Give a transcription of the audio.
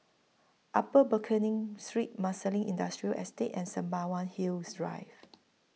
Upper Pickering Street Marsiling Industrial Estate and Sembawang Hills Drive